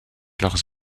leurs